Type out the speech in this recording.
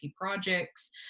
projects